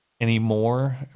anymore